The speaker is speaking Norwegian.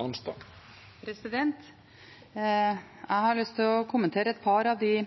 Jeg har lyst til å kommentere et par av de